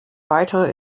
weitere